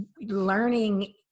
learning